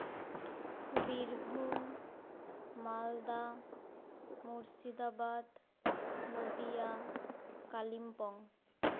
Birbhum Malda Murshidabad Nadia Kalimpong